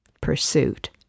pursuit